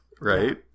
right